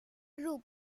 group